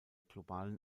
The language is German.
globalen